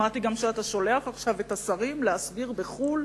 שמעתי גם שאתה שולח עכשיו את השרים להסביר בחו"ל.